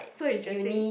so interesting